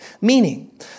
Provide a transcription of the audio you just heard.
meaning